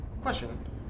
Question